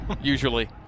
Usually